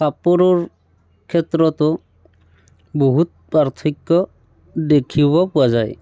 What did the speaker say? কাপোৰৰ ক্ষেত্ৰতো বহুত পাৰ্থক্য দেখিব পোৱা যায়